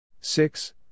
six